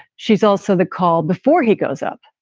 she's also the call before he goes up,